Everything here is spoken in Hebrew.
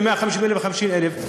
מ-150,000 ל-50,000.